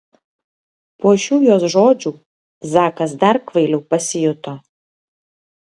po šių jos žodžių zakas dar kvailiau pasijuto